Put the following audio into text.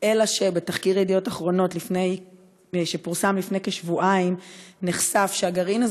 אלא שבתחקיר ידיעות אחרונות שפורסם לפני כשבועיים נחשף שהגרעין הזה